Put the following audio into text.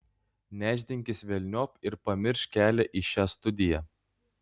nešdinkis velniop ir pamiršk kelią į šią studiją